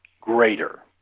greater